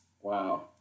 Wow